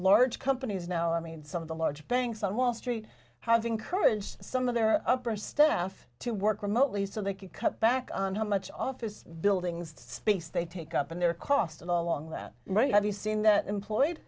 large companies now i mean some of the large banks on wall street have encouraged some of their upper staff to work remotely so they could cut back on how much office buildings space they take up in their cost and along that right have you seen that employed